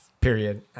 Period